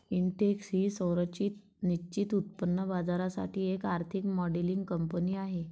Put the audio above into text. Intex ही संरचित निश्चित उत्पन्न बाजारासाठी एक आर्थिक मॉडेलिंग कंपनी आहे